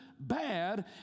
Bad